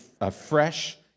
afresh